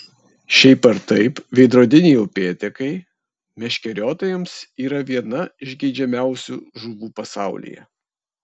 šiaip ar taip veidrodiniai upėtakiai meškeriotojams yra viena iš geidžiamiausių žuvų pasaulyje